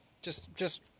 just just